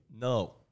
no